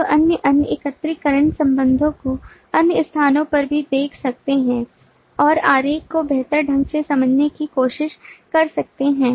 आप अन्य अन्य एकत्रीकरण संबंधों को अन्य स्थानों पर भी देख सकते हैं और आरेख को बेहतर ढंग से समझने की कोशिश कर सकते हैं